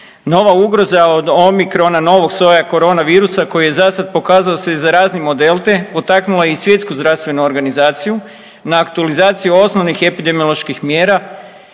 Nova ugroza od omikrona novog soja koronavirusa koji je za sad pokazao se …/Govornik se ne razumije/…delte, potaknula je i Svjetsku zdravstvenu organizaciju na aktualizaciju osnovnih epidemioloških mjera